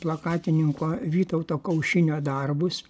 plakatininko vytauto kaušinio darbus